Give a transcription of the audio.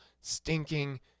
stinking